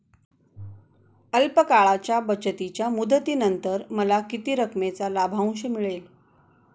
अल्प काळाच्या बचतीच्या मुदतीनंतर मला किती रकमेचा लाभांश मिळेल?